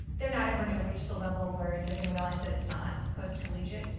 they're not ever going to reach the level where they're going to realize that it's not post-collegiate.